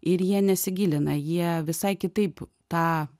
ir jie nesigilina jie visai kitaip tą